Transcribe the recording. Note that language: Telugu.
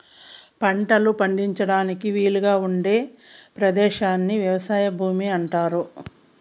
పంటలు పండించడానికి వీలుగా ఉండే పదేశాన్ని వ్యవసాయ భూమి అంటారు